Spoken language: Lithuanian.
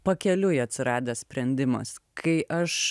pakeliui atsiradęs sprendimas kai aš